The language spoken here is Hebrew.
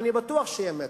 ואני בטוח שיהיה מתח,